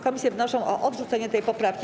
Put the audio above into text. Komisje wnoszą o odrzucenie tej poprawki.